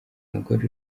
mugore